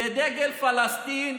זה דגל פלסטין,